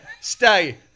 Stay